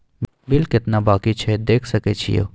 Bill केतना बाँकी छै देख सके छियै?